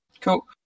Cool